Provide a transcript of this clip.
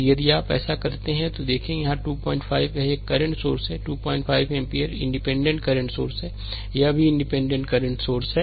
तो यदि आप ऐसा करते हैं तो यह देखें 25 यह एक करंट सोर्स है 25 एम्पीयर इंडिपेंडेंट करंट सोर्स है यह भीइंडिपेंडेंट करंट सोर्स है